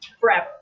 forever